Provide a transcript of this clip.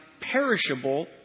perishable